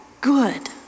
good